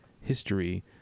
history